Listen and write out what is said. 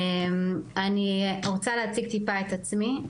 אני רוצה להציג טיפה את עצמי,